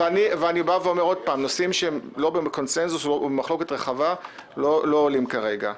שוב, נושאים שהם במחלוקת רחבה לא עולים כרגע.